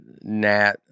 Nat